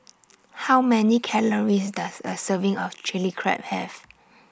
How Many Calories Does A Serving of Chili Crab Have